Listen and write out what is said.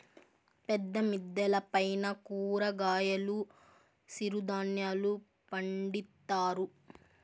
పెద్ద మిద్దెల పైన కూరగాయలు సిరుధాన్యాలు పండిత్తారు